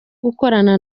gukorana